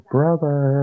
Brother